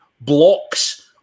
blocks